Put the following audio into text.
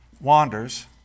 wanders